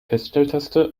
feststelltaste